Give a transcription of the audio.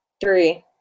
Three